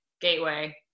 Gateway